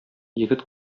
егет